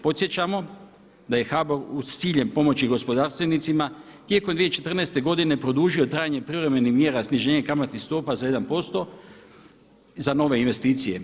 Podsjećamo da je HBOR s ciljem pomoći gospodarstvenicima tijekom 2014. godine produžio trajanje privremenih mjera sniženja kamatnih stopa za 1% za nove investicije.